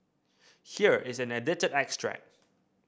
here is an edited extract